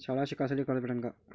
शाळा शिकासाठी कर्ज भेटन का?